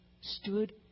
stood